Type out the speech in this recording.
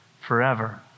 forever